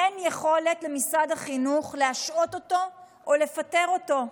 אין יכולת למשרד החינוך להשעות אותו או לפטר אותו.